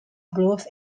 growth